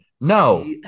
No